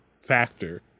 factor